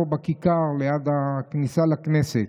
בכיכר ליד הכניסה לכנסת.